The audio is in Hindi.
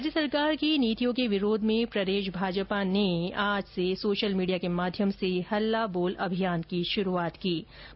राज्य सरकार की नीतियों के विरोध में आज प्रदेश भाजपा ने सोशल मीडिया के माध्यम से हल्ला बोल अभियान की शुरूआत की है